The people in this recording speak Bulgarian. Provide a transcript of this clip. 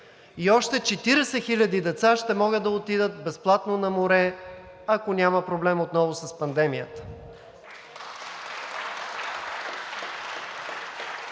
и още 40 хиляди деца ще могат да отидат безплатно на море, ако няма проблем отново с пандемията.